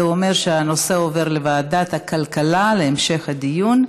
זה אומר שהנושא עובר לוועדת הכלכלה להמשך הדיון.